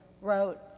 wrote